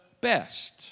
best